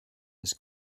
his